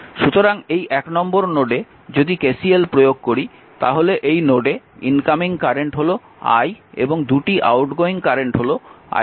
সুতরাং এই 1 নম্বর নোডে যদি KCL প্রয়োগ করি তাহলে এই নোডে ইনকামিং কারেন্ট হল i এবং 2টি আউটগোয়িং কারেন্ট হল i1 এবং i2